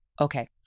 okay